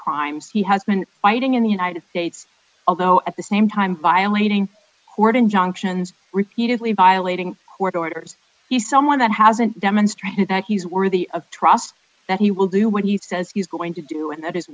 crimes he has been fighting in the united states although at the same time violating court injunction repeatedly violating court orders he someone that hasn't demonstrated that he's worthy of trust that he will do what he says he's going to do and that is